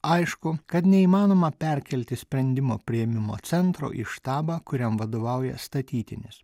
aišku kad neįmanoma perkelti sprendimo priėmimo centro į štabą kuriam vadovauja statytinis